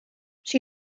she